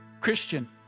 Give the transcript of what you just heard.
Christian